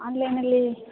ಆನ್ಲೈನಲ್ಲಿ